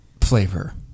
flavor